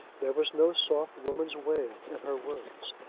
there was no soft woman's wail in her words.